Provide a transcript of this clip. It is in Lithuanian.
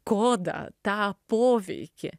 kodą tą poveikį